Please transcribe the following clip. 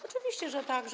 Oczywiście, że tak.